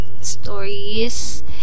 stories